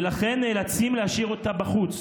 ולכן נאלצים להשאיר אותה בחוץ.